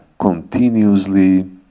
continuously